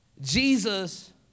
Jesus